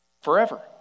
forever